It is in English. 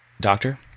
Doctor